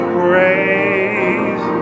praise